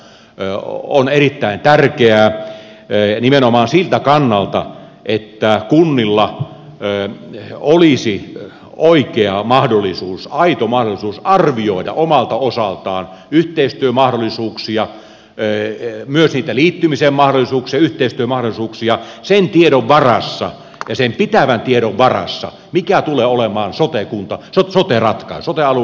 minusta siihen kannan ottaminen on erittäin tärkeää nimenomaan siltä kannalta että kunnilla olisi oikea mahdollisuus aito mahdollisuus arvioida omalta osaltaan yhteistyömahdollisuuksia myös niitä liittymisen mahdollisuuksia yhteistyömahdollisuuksia sen tiedon varassa ja sen pitävän tiedon varassa mikä tulee olemaan sote alueratkaisu sote malliratkaisu